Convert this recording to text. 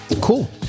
cool